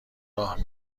راه